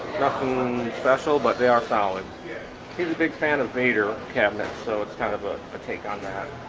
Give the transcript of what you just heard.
special but they are solid yeah he's a big fan of vader cabinet so it's kind of ah a take on that